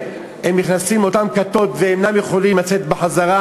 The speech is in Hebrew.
נכנסים לאותן כתות ואינם יכולים לצאת בחזרה,